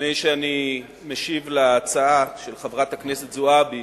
לפני שאני משיב על ההצעה של חברת הכנסת זועבי,